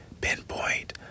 pinpoint